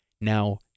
Now